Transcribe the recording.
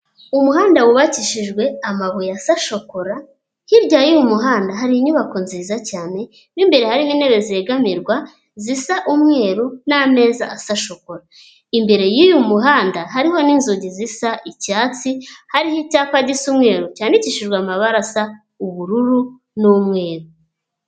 Umuhanda wubakishijwe amabuye ya sa shokora, hirya y'uyu muhanda hari inyubako nziza cyane, mo imbere harimo intebe zegamirwa zisa umweru n'ameza asa shokora. Imbere y'uyu muhanda hariho n'inzozi zisa icyatsi, hariho icyapa gisa umweru cyandikishijwe amabara asa ubururu n'umweru.